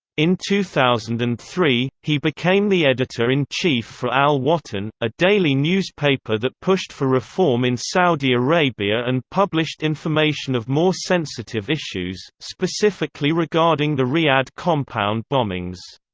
in two thousand and three, he became the editor-in-chief for al watan, a daily newspaper that pushed for reform in saudi arabia and published information of more sensitive issues, specifically regarding the riyadh compound bombings.